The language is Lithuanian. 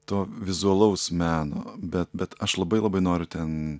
to vizualaus meno bet bet aš labai labai noriu ten